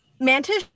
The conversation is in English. mantis